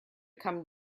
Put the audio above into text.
come